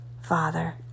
Father